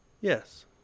Yes